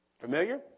Familiar